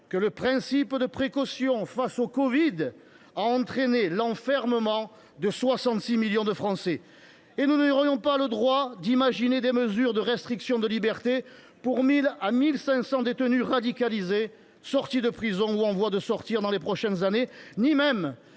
du principe de précaution durant le covid 19 a entraîné l’enfermement de 66 millions de Français ? Et nous n’aurions le droit ni d’imaginer des mesures de restriction de liberté pour 1 000 à 1 500 détenus radicalisés sortis de prison ou en voie d’en sortir dans les prochaines années ni même